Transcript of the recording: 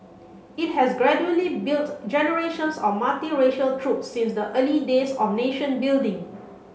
it has gradually built generations of multiracial troop since the early days of nation building